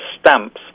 stamps